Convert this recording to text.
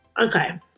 Okay